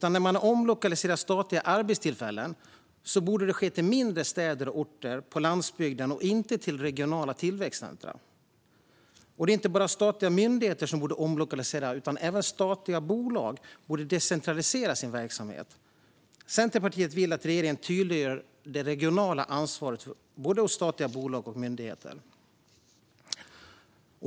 När man omlokaliserar statliga arbetstillfällen borde det ske till mindre städer och orter på landsbygden och inte till regionala tillväxtcentrum. Det är inte bara statliga myndigheter som borde omlokaliseras, utan även statliga bolag borde decentralisera sin verksamhet. Centerpartiet vill att regeringen tydliggör det regionala ansvaret hos statliga bolag och myndigheter.